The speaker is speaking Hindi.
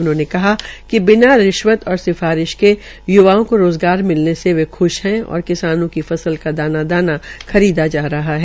उन्होंने कहा कि बिना रिश्वत और सिफारिश के य्वाओं को रोज़गार मिलने से वे ख्श है और किसानों की फसल का दाना दाना खरीदा जा रहा है